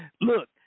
Look